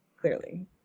clearly